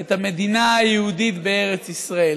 את המדינה היהודית בארץ ישראל.